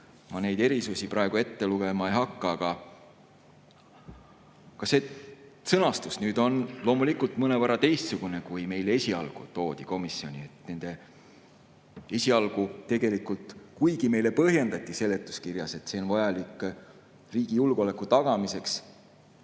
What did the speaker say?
Ma neid erisusi praegu ette lugema ei hakka, aga see sõnastus on nüüd loomulikult mõnevõrra teistsugune kui see, mis meile esialgu komisjoni toodi. Esialgu tegelikult, kuigi meile põhjendati seletuskirjas, et see on vajalik riigi julgeoleku tagamiseks,